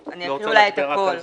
אני אקריא אולי את הכול.